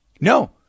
No